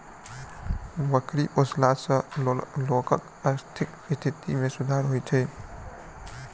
बकरी पोसला सॅ लोकक आर्थिक स्थिति मे सुधार होइत छै